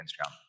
Instagram